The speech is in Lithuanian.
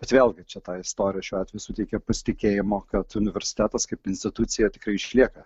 bet vėlgi čia ta istorija šiuo atveju suteikia pasitikėjimo kad universitetas kaip institucija tikrai išlieka